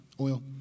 oil